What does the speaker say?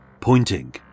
Pointing